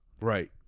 right